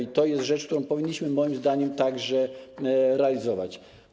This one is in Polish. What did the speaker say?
I to jest rzecz, którą powinniśmy moim zdaniem także realizować.